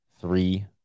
three